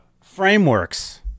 frameworks